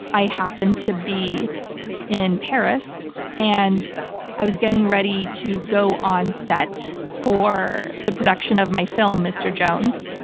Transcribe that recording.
i happened to be in paris and i was getting ready to go on set for the production of my film, mr. jones,